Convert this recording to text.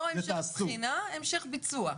לא המשך בחינה, המשך ביצוע.